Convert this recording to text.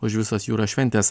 už visos jūros šventės